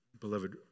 Beloved